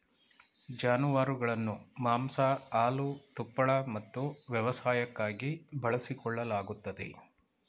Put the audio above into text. ಜಾನುವಾರುಗಳನ್ನು ಮಾಂಸ ಹಾಲು ತುಪ್ಪಳ ಮತ್ತು ವ್ಯವಸಾಯಕ್ಕಾಗಿ ಬಳಸಿಕೊಳ್ಳಲಾಗುತ್ತದೆ